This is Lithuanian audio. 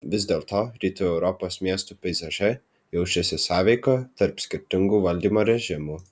vis dėlto rytų europos miestų peizaže jaučiasi sąveika tarp skirtingų valdymo režimų